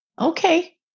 Okay